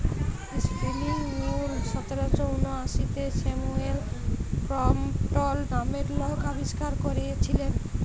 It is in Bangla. ইস্পিলিং মিউল সতের শ উনআশিতে স্যামুয়েল ক্রম্পটল লামের লক আবিষ্কার ক্যইরেছিলেল